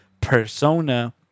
persona